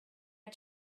you